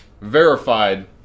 verified